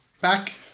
back